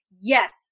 yes